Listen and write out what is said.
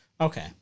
Okay